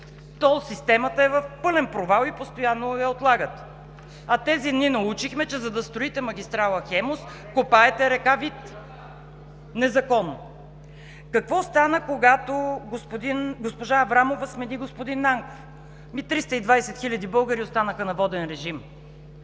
Тол системата е в пълен провал и постоянно я отлагате, а тези дни научихме, че за да строите магистрала „Хемус“, копаете река Вит незаконно. Какво стана, когато госпожа Аврамова смени господин Нанков? Ами 320 хиляди българи останаха на воден режим.